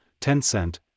Tencent